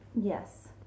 Yes